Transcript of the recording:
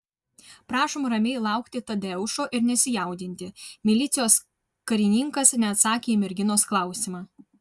prašom ramiai laukti tadeušo ir nesijaudinti milicijos karininkas neatsakė į merginos klausimą